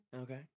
Okay